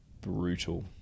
brutal